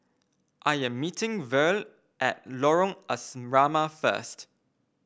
I am meeting Verl at Lorong Asrama first